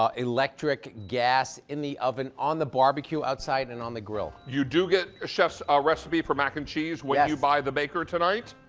um electric, gas, in the oven, on the barbecue outside and on the grill. you do get a shift ah recipe for and um cheese when you buy the bigger tonight.